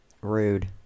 rude